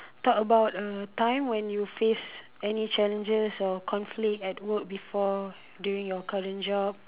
talk about a time when you face any challenges or conflict at work before during your current job